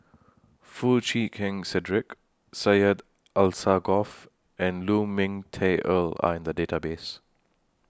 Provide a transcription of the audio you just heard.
Foo Chee Keng Cedric Syed Alsagoff and Lu Ming Teh Earl Are in The Database